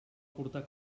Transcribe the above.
portar